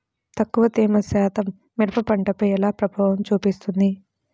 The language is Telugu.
తక్కువ తేమ శాతం మిరప పంటపై ఎలా ప్రభావం చూపిస్తుంది?